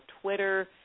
Twitter